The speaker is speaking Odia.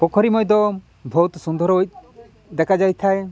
ପୋଖରୀ ମଧ୍ୟ ବହୁତ ସୁନ୍ଦର ହୋଇ ଦେଖା ଯାଇଥାଏ